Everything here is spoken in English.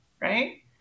Right